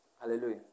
Hallelujah